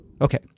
Okay